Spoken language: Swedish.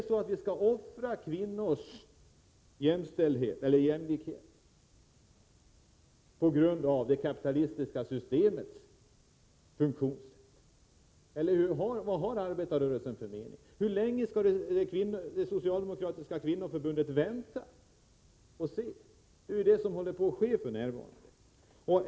Skall vi offra kvinnors jämlikhet på grund av det kapitalistiska systemets funktionssätt? Vilken mening har arbetarrörelsen? Hur länge skall det socialdemokratiska kvinnoförbundet vänta och se såsom sker f.n.?